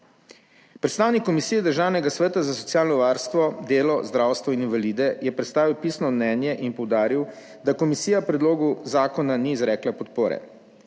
Predstavnik Komisije Državnega sveta za socialno varstvo, delo, zdravstvo in invalide je predstavil pisno mnenje in poudaril, da komisija predlogu zakona ni izrekla podpore.